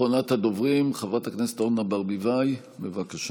אחרונת הדוברים, חברת הכנסת אורנה ברביבאי, בבקשה.